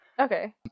Okay